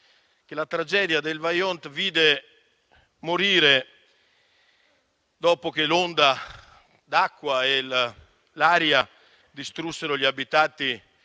che la tragedia del Vajont vide morire dopo che l'onda d'acqua e l'aria distrussero gli abitati